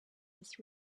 his